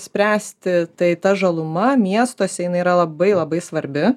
spręsti tai ta žaluma miestuose jinai yra labai labai svarbi